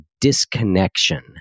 disconnection